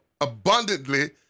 abundantly